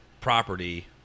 property